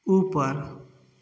ऊपर